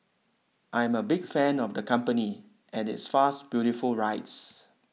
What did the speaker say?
I am a big fan of the company and its fast beautiful rides